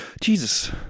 Jesus